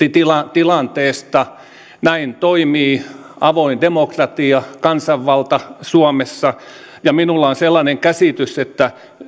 tilanteesta näin toimii avoin demokratia kansanvalta suomessa minulla on sellainen käsitys että